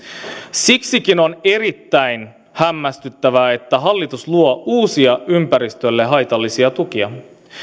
siksikin on erittäin hämmästyttävää että hallitus luo uusia ympäristölle haitallisia tukia